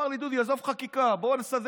הוא אמר לי: דודי, עזוב חקיקה, בוא נסדר.